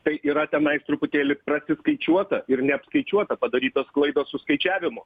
tai yra tenais truputėlį prasiskaičiuota ir neapskaičiuota padarytos klaidos su skaičiavimu